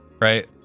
Right